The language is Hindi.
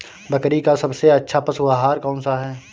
बकरी का सबसे अच्छा पशु आहार कौन सा है?